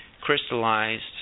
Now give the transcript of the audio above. crystallized